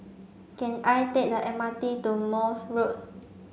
can I take the M R T to Morse Road